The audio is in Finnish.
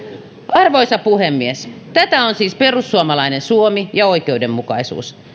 arvoisa puhemies tätä on siis perussuomalainen suomi ja oikeudenmukaisuus